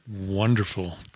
wonderful